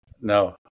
No